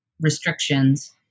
restrictions